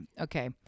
okay